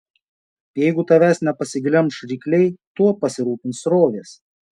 jeigu tavęs nepasiglemš rykliai tuo pasirūpins srovės